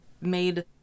made